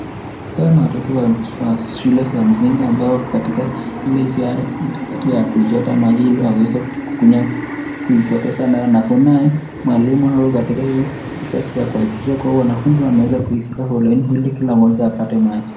Hawa ni watoto wa shule za msingi ambao wako katika ile isiara ya kuchota maji hili waweze kukunywa kuipoteza nae mwalimu ako katika ile harakati ya kuhakikisha wanafunzi wameweza kufika foleni hili kila mmoja apate maji.